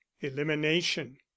Elimination